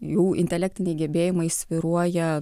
jų intelektiniai gebėjimai svyruoja